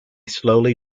slowly